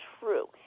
true